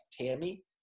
Tammy